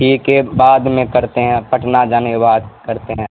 ٹھیک ہے بعد میں کرتے ہیں پٹنہ جانے کے بعد کرتے ہیں